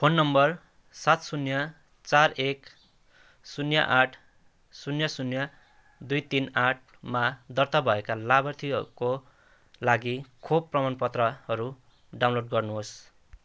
phone number सात शून्य चार एक शून्य आठ शून्य शून्य दुई तिन आठमा दर्ता भएका लाभार्थीको लागि खोप प्रमाणपत्रहरू डाउनलोड गर्नुहोस्